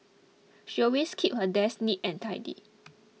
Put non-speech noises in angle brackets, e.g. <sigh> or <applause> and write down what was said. she always keeps her desk neat and tidy <noise>